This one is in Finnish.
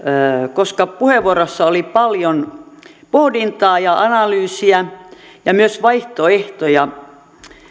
koska puheenvuorossa oli paljon pohdintaa ja analyysiä ja myös vaihtoehtoja